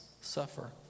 suffer